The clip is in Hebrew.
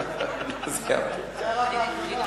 זאת רק ההתחלה,